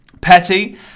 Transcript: Petty